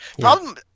Problem